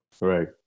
Right